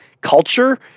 culture